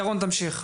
ירון תמשיך.